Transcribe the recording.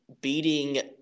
beating –